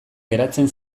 geratzen